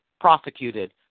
prosecuted